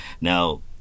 Now